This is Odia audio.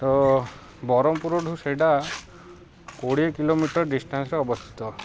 ତ ବରହମପୁରଠୁ ସେଇଟା କୋଡ଼ିଏ କିଲୋମିଟର ଡିଷ୍ଟାନ୍ସରେେ ଅବସ୍ଥିତ